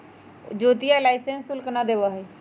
ज्योतिया लाइसेंस शुल्क ना देवा हई